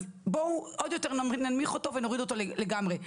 אז בואו עוד יותר ננמיך אותו ונוריד אותו לגמרי.